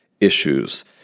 issues